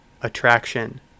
attraction